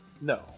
No